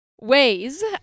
ways